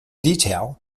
detail